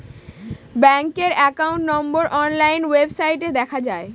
ব্যাঙ্কের একাউন্ট নম্বর অনলাইন ওয়েবসাইটে দেখা যায়